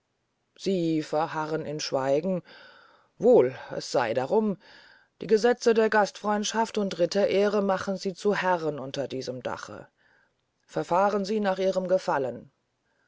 sie verharren im schweigen wohl es sey darum die gesetze der gastfreundschaft und ritterehre machen sie zu herren unter diesem dache verfahren sie nach ihrem gefallen